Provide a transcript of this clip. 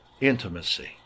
intimacy